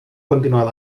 continuado